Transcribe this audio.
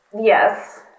Yes